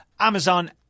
Amazon